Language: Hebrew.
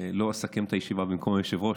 ואני לא אסכם את הישיבה במקום היושב-ראש,